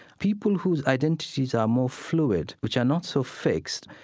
people whose identities are more fluid, which are not so fixed,